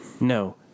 No